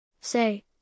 Say